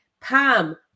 Pam